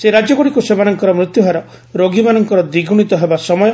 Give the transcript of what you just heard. ସେହି ରାଜ୍ୟଗ୍ରଡ଼ିକ୍ ସେମାନଙ୍କର ମୃତ୍ୟୁ ହାର ରୋଗୀମାନଙ୍କର ଦ୍ୱିଗୁଣିତ ହେବା ସମୟ